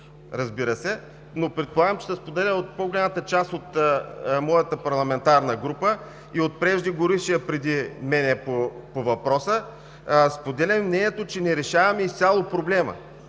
разбира се, но предполагам, че се споделя от по-голямата част от моята парламентарна група и от преждеговорившия по въпроса – споделям мнението, че не решаваме изцяло проблема.